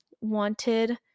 wanted